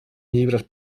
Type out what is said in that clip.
llibres